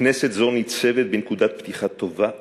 כנסת זו ניצבת בנקודת פתיחה טובה ומבטיחה,